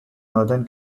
northern